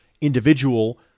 individual